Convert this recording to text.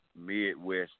midwest